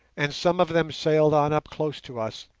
and some of them sailed on up close to us,